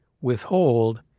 withhold